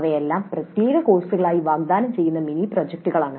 ഇവയെല്ലാം പ്രത്യേക കോഴ്സുകളായി വാഗ്ദാനം ചെയ്യുന്ന മിനി പ്രോജക്ടുകളാണ്